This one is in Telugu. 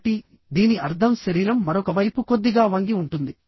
కాబట్టి దీని అర్థం శరీరం మరొక వైపు కొద్దిగా వంగి ఉంటుంది